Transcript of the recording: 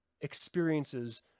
experiences